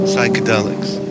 Psychedelics